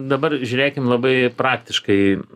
dabar žiūrėkim labai praktiškai